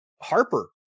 Harper